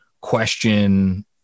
question